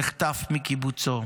נחטף מקיבוצו,